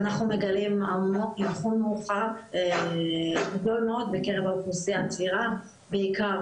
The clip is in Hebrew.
ואנחנו מגלים המון אבחון מאוחר בקרב האוכלוסייה הצעירה בעיקר